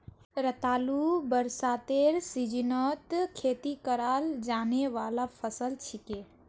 रतालू बरसातेर सीजनत खेती कराल जाने वाला फसल छिके